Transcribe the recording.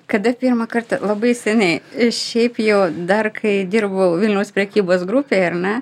kada pirmą kartą labai seniai šiaip jo dar kai dirbau vilniaus prekybos grupėj ar ne